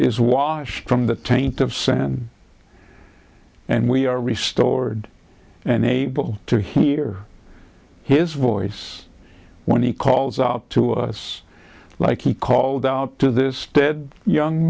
is washed from the taint of sand and we are restored and able to hear his voice when he calls out to us like he called out to this stead young